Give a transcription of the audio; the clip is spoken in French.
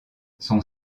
son